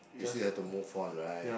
you still have to move on right